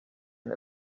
and